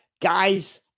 guys